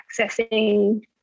accessing